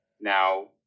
now